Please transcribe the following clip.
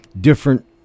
different